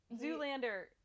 Zoolander